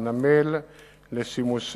המטרופולין והצפון כולו הוא פיתוח נמל חיפה,